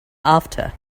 after